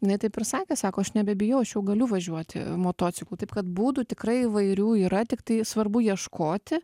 jinai taip ir sakė sako aš nebebijau aš jau galiu važiuoti motociklu taip kad būdų tikrai įvairių yra tiktai svarbu ieškoti